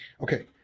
Okay